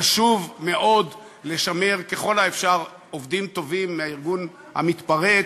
חשוב מאוד לשמר ככל האפשר עובדים טובים מהארגון המתפרט.